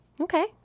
Okay